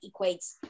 equates